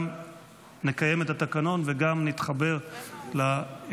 גם נקיים את התקנון וגם נתחבר לאירוע,